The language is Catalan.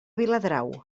viladrau